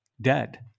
dead